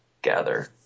gather